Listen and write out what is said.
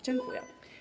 Dziękuję.